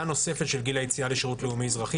נוספת של גיל היציאה לשירות אזרחי לאומי,